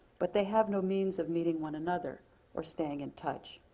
but they have no means of meeting one another or staying in touch.